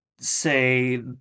say